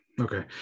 Okay